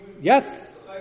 Yes